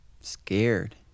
scared